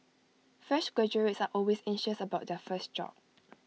fresh graduates are always anxious about their first job